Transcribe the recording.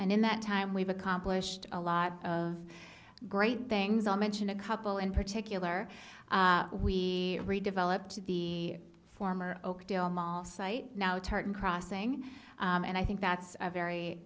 and in that time we've accomplished a lot of great things i'll mention a couple in particular we redevelop to the former oakdale mall site now tartan crossing and i think that's a very